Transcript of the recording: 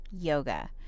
yoga